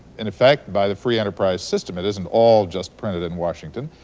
in effect, by the free enterprise system. it isn't all just printed in washington,